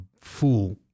fool